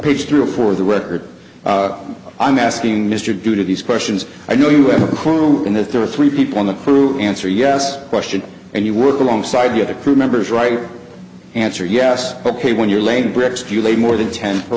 page through for the record i'm asking mr due to these questions i know you have a phone and that there are three people in the fruit answer yes question and you work alongside you the crew members right answer yes ok when you're laying bricks do you lay more than ten or